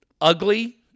ugly